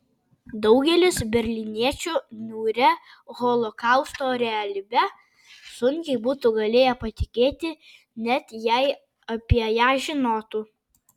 daugelis berlyniečių niūria holokausto realybe sunkiai būtų galėję patikėti net jei apie ją žinotų